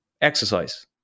Exercise